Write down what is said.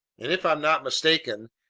and if i'm not mistaken,